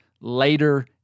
later